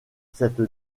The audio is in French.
cette